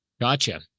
gotcha